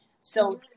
So-